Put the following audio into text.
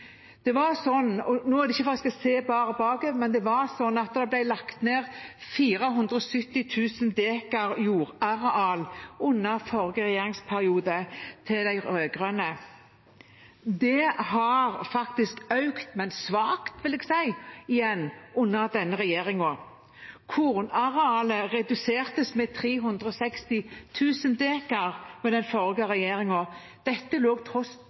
Nå er det ikke for at jeg bare skal se bakover, men det ble lagt ned 470 000 dekar jordareal under den forrige regjeringsperioden til de rød-grønne. Det har faktisk økt, men svakt, vil jeg si, under denne regjeringen. Kornarealet ble redusert med 360 000 dekar under den forrige regjeringen. Dette lå stabilt, tross